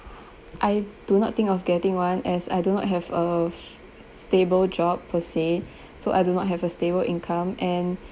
I do not think of getting one as I do not have a s~ stable job per se so I do not have a stable income and